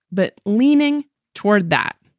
but leaning toward that.